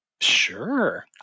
sure